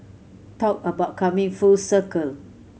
talk about coming full circle